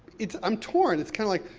it's, i'm torn. it's kind of like,